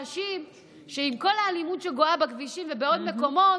עם כל האלימות שגואה בכבישים ובעוד מקומות,